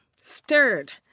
stirred